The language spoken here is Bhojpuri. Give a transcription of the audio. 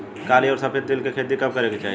काली अउर सफेद तिल के खेती कब करे के चाही?